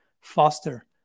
foster